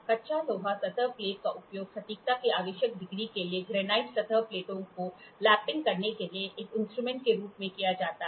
कच्चा लोहा सतह प्लेट का उपयोग सटीकता की आवश्यक डिग्री के लिए ग्रेनाइट सतह प्लेटों को लैप करने के लिए एक इंस्ट्रूमेंट के रूप में किया जाता है